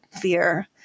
fear